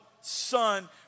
son